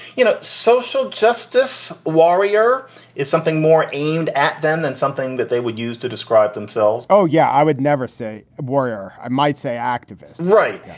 you know, social justice warrior is something more aimed at them than something that they would use to describe themselves oh, yeah. i would never say a warrior. i might say activist right.